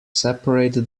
separate